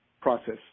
process